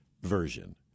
version